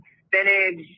spinach